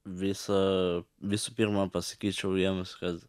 visą visų pirma pasakyčiau jiems kad